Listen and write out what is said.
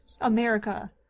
America